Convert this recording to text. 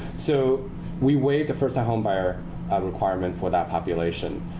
so we waived the first time homebuyer requirement for that population.